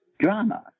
drama